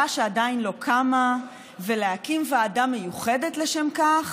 שעדיין לא קמה ולהקים ועדה מיוחדת לשם כך,